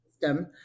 system